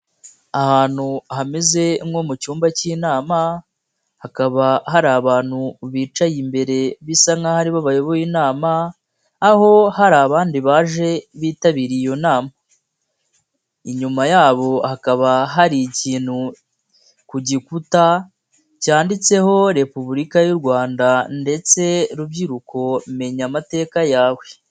Ahantu hameze nko mu cyumba k'inama hakaba hari abantu bicaye imbere bisa nk'aho ari bo bayoboye inama, aho hari abandi baje bitabiriye iyo nama, inyuma yabo hakaba hari ikintu ku gikuta cyanditseho Repubulika y'u Rwanda ndetse rubyiruko menya amateka yawe.